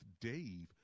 Dave